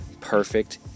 Perfect